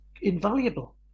invaluable